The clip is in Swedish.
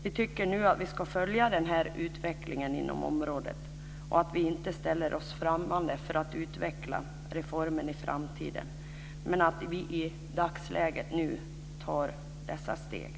Vi tycker att vi nu ska följa den här utvecklingen inom området. Vi ställer oss inte främmande för att utveckla reformen i framtiden, men i dagsläget tar vi dessa steg.